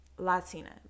latina